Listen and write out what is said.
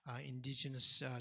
indigenous